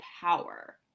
power